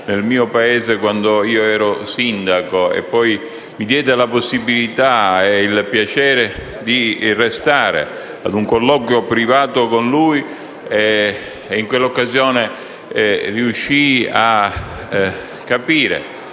nel mio paese quando ero sindaco. E poi mi diede la possibilità e il piacere di avere un colloquio privato con lui. In quell'occasione riuscii a capire